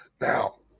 Now